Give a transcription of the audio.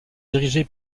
dirigé